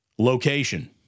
location